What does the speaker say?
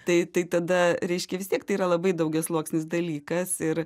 tai tai tada reiškia vis tiek tai yra labai daugiasluoksnis dalykas ir